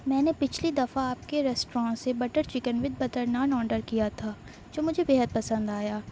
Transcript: میں نے پچھلی دفع آپ کے ریسٹوراں سے butter chicken with butter naan order کیا تھا جو مجھے بے حد پسند آیا